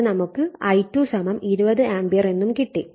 അത് നമുക്ക് I2 20 ampere എന്നും കിട്ടി